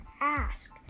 ask